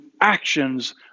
actions